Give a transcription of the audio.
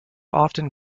often